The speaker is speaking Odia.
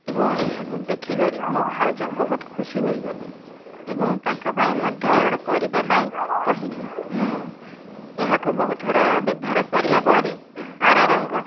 ଏବଂ ଏହାକୁ ଦେଖିକରି ମୋ ଭାଉଜ ବହୁତ ଖୁସି ହୋଇଗଲେ ଏବଂ ତାଙ୍କ ପାଇଁ ମଧ୍ୟ ଅର୍ଡ଼ର କରିବା ପାଇଁ କହିଲେ ମୁଁ ଏହାକୁ ବହୁ ଥର ବ୍ୟବହାର କରିବା ପରେ ଏହାର ରଙ୍ଗ